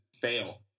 fail